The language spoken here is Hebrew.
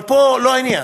אבל פה לא זה העניין.